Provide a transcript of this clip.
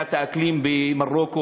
מוועידת האקלים במרוקו,